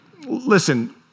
Listen